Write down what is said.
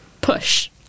push